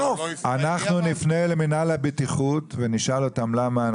אנחנו נפנה למינהל הבטיחות ונשאל אותם למה,